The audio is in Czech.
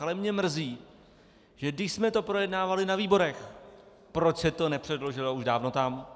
Ale mě mrzí, že když jsme to projednávali na výborech, proč se to nepředložilo už dávno tam.